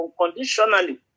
unconditionally